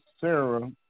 Sarah